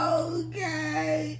okay